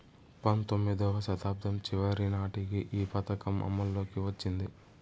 పంతొమ్మిదివ శతాబ్దం చివరి నాటికి ఈ పథకం అమల్లోకి వచ్చింది